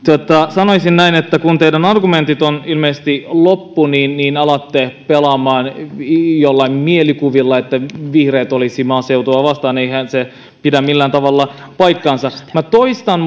sanoisin näin että kun teidän argumenttinne ovat ilmeisesti loppu niin niin alatte pelaamaan joillain mielikuvilla että vihreät olisi maaseutua vastaan eihän se pidä millään tavalla paikkaansa minä toistan